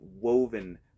woven